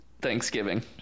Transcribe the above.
Thanksgiving